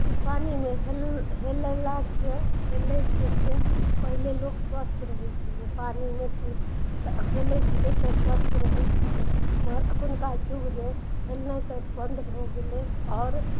पानिमे हेल हेललासँ हेलयके से पहिले लोक स्वस्थ रहय छलै पानिमे हेलय छलै तऽ स्वस्थ रहय छलै मगर एखुनका युगमे हेलनाइ तऽ बन्द भऽ गेलय आओर